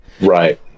right